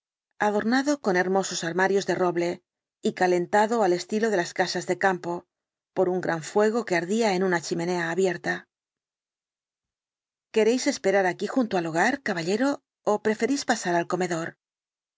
adornado con hermosos armarios de roble y calentado al estilo de las casas de campo por un gran fuego que ardía en una chimenea abierta queréis esperar aquí junto al hogar caballero ó preferís pasar al comedor